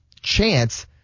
chance